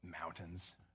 mountains